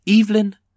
Evelyn